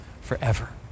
forever